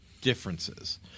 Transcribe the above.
differences